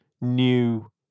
new